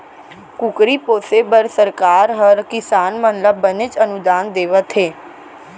कुकरी पोसे बर सरकार हर किसान मन ल बनेच अनुदान देवत हे